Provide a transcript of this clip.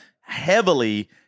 heavily